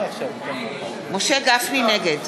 נגד